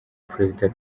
perezida